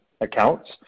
accounts